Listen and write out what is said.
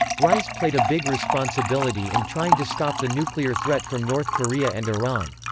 rice played a big responsibility in trying to stop the nuclear threat from north korea and iran.